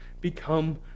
become